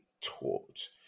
taught